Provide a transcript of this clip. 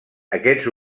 aquests